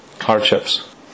hardships